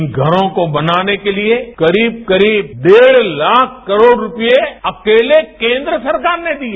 इन घरों को बनाने के लिए करीब करीब उंद ताख करोड़ रूपये अकेले केन्द्र सरकार ने दिए